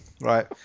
right